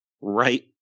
Right